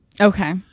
okay